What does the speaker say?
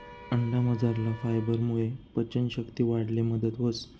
अंडामझरला फायबरमुये पचन शक्ती वाढाले मदत व्हस